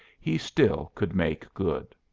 he still could make good.